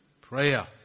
prayer